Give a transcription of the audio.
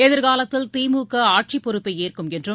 எதிர்காலத்தில் திமுக ஆட்சிப் பொறுப்பை ஏற்கும் என்றும்